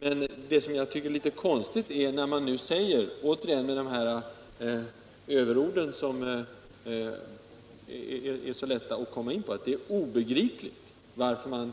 Jag tycker att det är litet konstigt när man säger, återigen med de här överorden som det är så lätt att komma in på, att det är obegripligt varför man